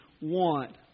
want